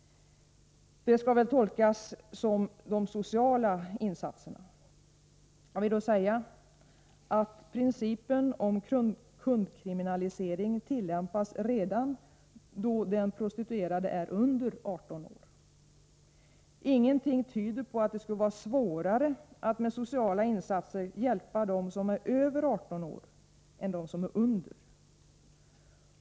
— Det skall väl tolkas som de sociala insatserna. Jag vill då säga att principen om kundkriminalisering tillämpas redan då den prostituerade är under 18 år. Ingenting tyder på att det skulle vara svårare att med sociala insatser hjälpa dem som är över 18 år än dem som är under.